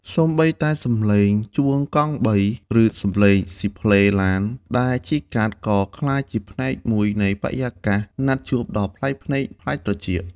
សូម្បីតែសំឡេងជួងកង់បី ឬសម្លេងស៊ីផ្លេឡានដែលជិះកាត់ ក៏ក្លាយជាផ្នែកមួយនៃបរិយាកាសណាត់ជួបដ៏ប្លែកភ្នែកប្លែកត្រចៀក។